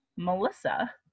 Melissa